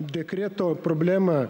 dekreto problemą